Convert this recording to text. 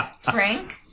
Frank